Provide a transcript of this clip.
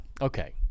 Okay